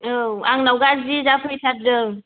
औ आंनाव गाज्रि जाफैथारदों